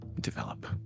develop